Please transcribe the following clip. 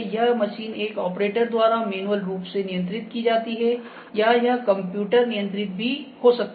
यह मशीन एक ऑपरेटर द्वारा मैन्युअल रूप से नियंत्रित की जाती है या यह कंप्यूटर नियंत्रित भी हो सकती है